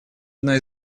одной